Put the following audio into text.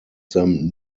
them